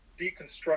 deconstruct